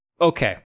okay